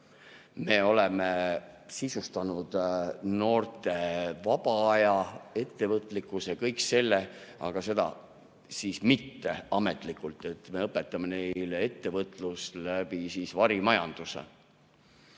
Me oleme sisustanud noorte vaba aja, ettevõtlikkuse ja kõik selle, aga seda siis mitteametlikult. Me õpetame neile ettevõtlust läbi varimajanduse.